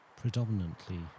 predominantly